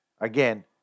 again